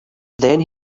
then